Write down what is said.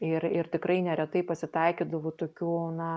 ir ir tikrai neretai pasitaikydavo tokių na